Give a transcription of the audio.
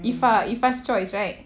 iffah iffah's choice right